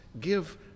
give